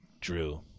Drew